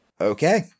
Okay